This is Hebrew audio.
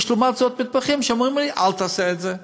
לעומת זאת יש מתמחים שאומרים לי: אל תעשה את זה.